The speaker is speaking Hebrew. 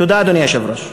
תודה, אדוני היושב-ראש.